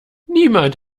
niemand